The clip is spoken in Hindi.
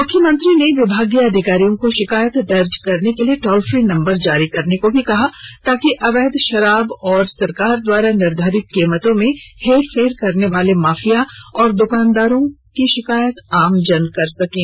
मुख्यमंत्री ने विभागीय अधिकारियों को शिकायत दर्ज करने के लिए टोल फ्री नंबर जारी करने का निर्देश दिया ताकि अवैध शराब तथा सरकार द्वारा निर्धारित कीमतों में हेरफेर करने वाले माफिया तथा दुकानदारों की शिकायत आम जन कर सकें